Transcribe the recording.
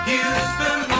Houston